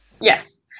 yes